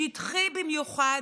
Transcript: שטחי במיוחד,